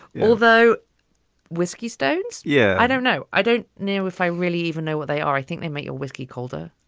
although whiskey stones. yeah. i don't know. i don't know if i really even know where they are. i think they make your whiskey colder.